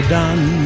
done